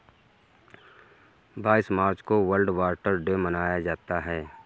बाईस मार्च को world water day मनाया जाता है